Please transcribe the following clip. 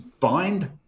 bind